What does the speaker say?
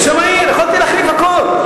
את שם העיר, יכולתי להחליף הכול.